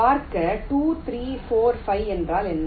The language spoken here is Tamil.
பார்க்க 2 3 4 5 என்றால் என்ன